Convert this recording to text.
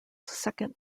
second